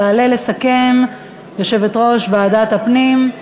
תעלה לסכם יושבת-ראש ועדת הפנים,